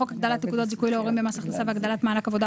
בחוק הגדלת נקודות זיכוי להורים במס הכנסה והרחבת מענק עבודה,